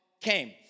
came